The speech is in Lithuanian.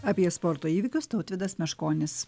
apie sporto įvykius tautvydas meškonis